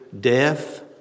death